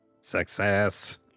Success